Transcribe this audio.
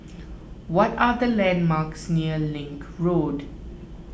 what are the landmarks near Link Road